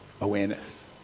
Awareness